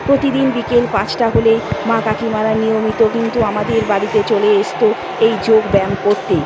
প্রতিদিন বিকেল পাঁচটা হলেই মা কাকিমারা নিয়মিত কিন্তু আমাদের বাড়িতে চলে আসত এই যোগব্যায়াম করতে